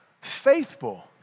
faithful